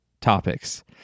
topics